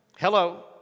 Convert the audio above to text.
Hello